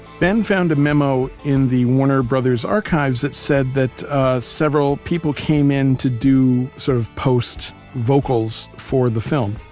ben found a memo in the warner brothers archives that said that several people came in to do, sort of post vocals for the film.